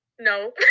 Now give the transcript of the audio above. No